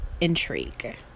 intrigue